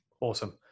awesome